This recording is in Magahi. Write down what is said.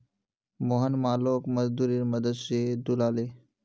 मोहन मालोक मजदूरेर मदद स ढूला ले